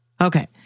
Okay